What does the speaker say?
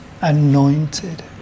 anointed